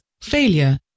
failure